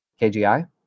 KGI